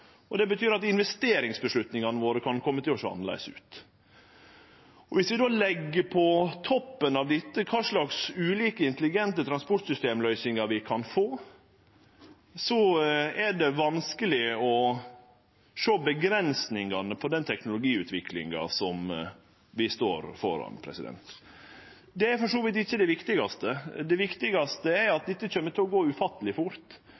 og det betyr at investeringsavgjerdene våre kan kome til å sjå annleis ut. Dersom vi legg på toppen av dette kva slags ulike intelligente transportsystemløysingar vi kan få, er det vanskeleg å sjå avgrensingane i den teknologiutviklinga som vi står framfor. Det er for så vidt ikkje det viktigaste. Det viktigaste er at dette kjem til å gå ufatteleg fort.